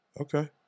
Okay